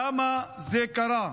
למה זה קרה?